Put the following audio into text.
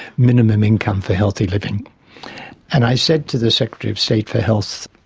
minimum income for healthy living and i said to the secretary of state for health,